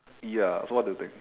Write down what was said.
ya so what do you think